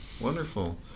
Wonderful